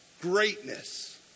greatness